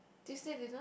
Tuesday dinner